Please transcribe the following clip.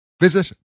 Visit